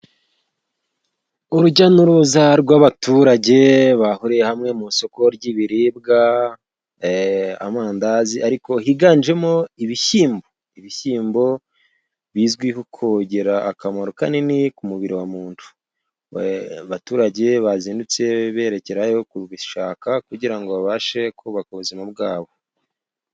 Urujya n'uruza rw'abaturage bahuriye hamwe mu isoko ry'ibiribwa, amandazi, ariko higanjemo ibishyimbo. Ibishyimbo bizwiho kugira akamaro kanini ku mubiri wa muntu. Abaturage bazindutse berekera kubishaka kugira ngo babashe kubaka ubuzima bwabo.